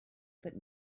that